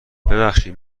ببخشید